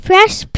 Fresh